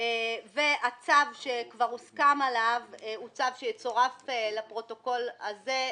הצו שכבר הוסכם עליו הוא צו שיצורף לפרוטוקול הזה,